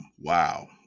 Wow